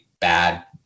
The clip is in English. bad